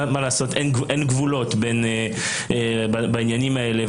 אין גבולות בעניינים האלה,